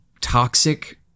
toxic